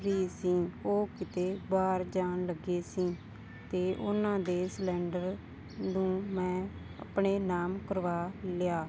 ਉਹ ਕਿਤੇ ਬਾਹਰ ਜਾਣ ਲੱਗੇ ਸੀ ਅਤੇ ਉਹਨਾਂ ਦੇ ਸਿਲੰਡਰ ਨੂੰ ਮੈਂ ਆਪਣੇ ਨਾਮ ਕਰਵਾ ਲਿਆ